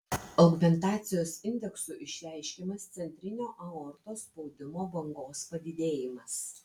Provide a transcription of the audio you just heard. augmentacijos indeksu išreiškiamas centrinio aortos spaudimo bangos padidėjimas